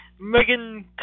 Megan